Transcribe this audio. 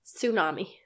tsunami